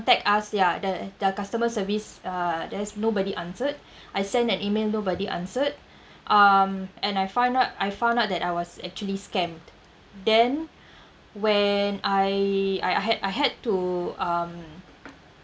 contact us ya the their customer service uh there's nobody answered I sent an email nobody answered um and I find out I found out that I was actually scammed then when I I had I had to um